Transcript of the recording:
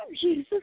Jesus